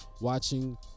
watching